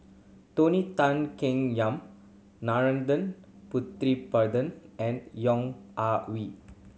Tony Tan Keng Yam Putumaippittan and Yong Ah